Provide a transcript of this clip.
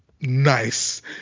Nice